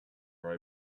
are